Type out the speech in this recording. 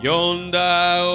Yonder